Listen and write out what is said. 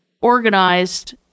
organized